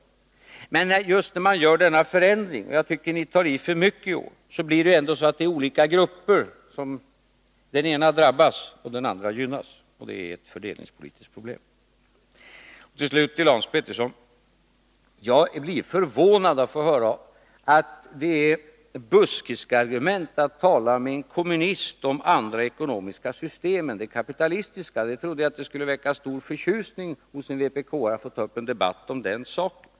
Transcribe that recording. Och vi skall sträva därhän. Men just när man gör denna förändring — och jag tycker ni tar i för mycket i år — blir det ändå så att den ena gruppen drabbas och den andra gynnas. Det är ett fördelningspolitiskt problem. Till slut vill jag säga till Hans Petersson i Hallstahammar att jag blev förvånad över att få höra att det är ett buskisargument att tala med en kommunist om andra ekonomiska system än det kapitalistiska. Jag trodde att det skulle väcka stor förtjusning hos en vpk-are att få ta upp en debatt om den saken.